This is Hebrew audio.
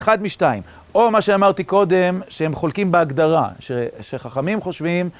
אחד משתיים, או מה שאמרתי קודם, שהם חולקים בהגדרה, שחכמים חושבים.